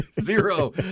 Zero